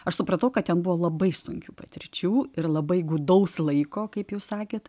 aš supratau kad ten buvo labai sunkių patirčių ir labai gūdaus laiko kaip jūs sakėt